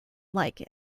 like